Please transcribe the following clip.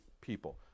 people